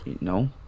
No